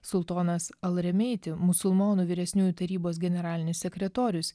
sultonas al remeiti musulmonų vyresniųjų tarybos generalinis sekretorius